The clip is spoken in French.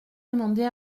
demander